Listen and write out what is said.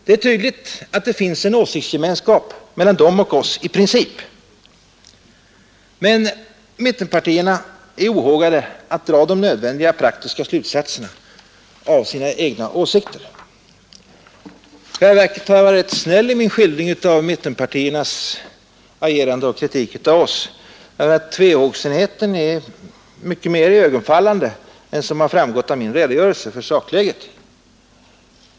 Det är tydligt att det finns en åsiktsgemenskap mellan dem och oss i princip, men mittenpartierna är ohågade att dra de nödvändiga praktiska slutsatserna av sina egna åsikter. I själva verket har jag varit rätt snäll i min skildring av mittenpartiernas agerande och deras kritik av oss. Tvehågsenheten är mycket mera i ögonfallande än vad som framgått av min redogörelse för sakläget.